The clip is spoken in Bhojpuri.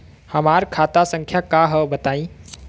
हमार खाता संख्या का हव बताई?